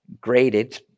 graded